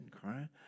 crying